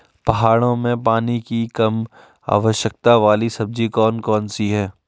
पहाड़ों में पानी की कम आवश्यकता वाली सब्जी कौन कौन सी हैं?